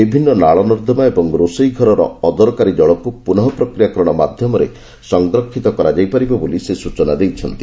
ବିଭିନ୍ନ ନାଳ ନର୍ଦ୍ଦମା ଏବଂ ରୋଷେଇ ଘରର ଅଦରକାରୀ ଜଳକୁ ପୁନଃପ୍ରକ୍ରିୟାକରଣ ମାଧ୍ୟମରେ ସଂରକ୍ଷିତ କରାଯାଇପାରିବ ବୋଲି ସେ ସୂଚନା ଦେଇଛନ୍ତି